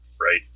Right